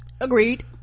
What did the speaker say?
agreed